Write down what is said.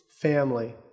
family